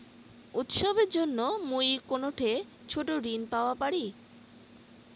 উৎসবের জন্য মুই কোনঠে ছোট ঋণ পাওয়া পারি?